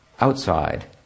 outside